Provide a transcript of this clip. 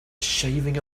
shaving